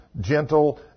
gentle